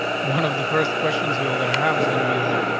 one of the first questions you were gonna have is gonna be like,